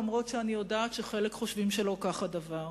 אף שאני יודעת שחלק חושבים שלא כך הדבר.